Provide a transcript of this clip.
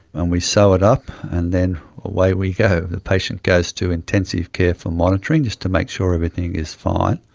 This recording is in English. and we sew it up and then away we go. the patient goes to intensive care for monitoring, just to make sure everything is fine,